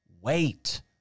wait